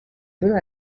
veut